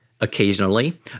Occasionally